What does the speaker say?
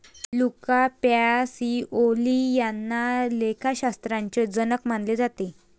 Luca Pacioli यांना लेखाशास्त्राचे जनक मानले जाते